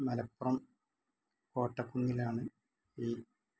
മലപ്പുറം കോട്ടക്കുന്നിലാണ് ഈ